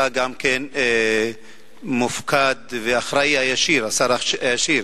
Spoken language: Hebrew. אתה גם מופקד והאחראי הישיר, השר הישיר,